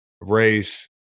race